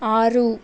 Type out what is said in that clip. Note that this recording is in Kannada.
ಆರು